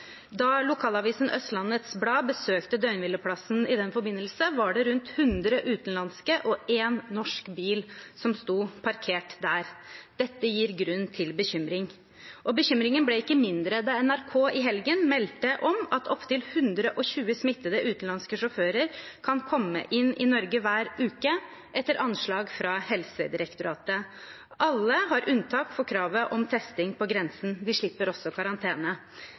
Da lokalavisen Østlandets Blad besøkte døgnhvileplassen i den forbindelse, var det rundt 100 utenlandske og én norsk bil som sto parkert der. Dette gir grunn til bekymring. Bekymringen ble ikke mindre da NRK i helgen meldte om at opptil 120 smittede utenlandske sjåfører kan komme inn i Norge hver uke, etter anslag fra Helsedirektoratet. Alle har unntak fra kravet om testing på grensen. De slipper også karantene.